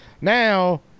now